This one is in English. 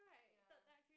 ya